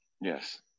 Yes